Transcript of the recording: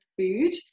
food